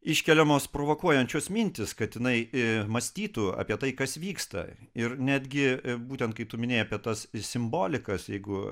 iškeliamos provokuojančios mintys kad jinai mąstytų apie tai kas vyksta ir netgi būtent kai tu minėjai apie tos simbolikas jeigu